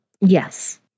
Yes